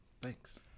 Thanks